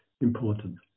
important